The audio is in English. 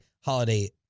holiday